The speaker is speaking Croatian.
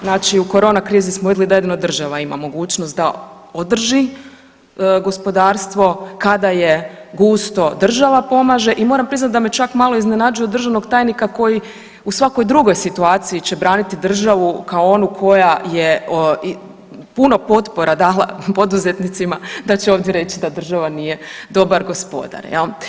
Znači u korona krizi smo vidjeli da jedino država ima mogućnost da održi gospodarstvo, kada je gusto država pomaže i moram priznati da me čak malo iznenađuje od državnog tajnika koji u svakoj drugoj situaciji će braniti državu kao onu koja je puno potpora dala poduzetnicima da će ovdje reć da država nije dobar gospodar.